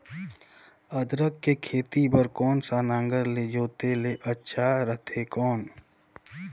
अदरक के खेती बार कोन सा नागर ले जोते ले अच्छा रथे कौन?